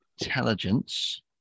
intelligence